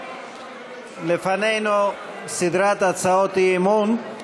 לפנינו סדרת הצעות אי-אמון.